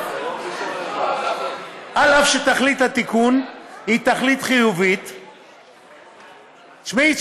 אף שתכלית התיקון היא חיובית, תשמעי.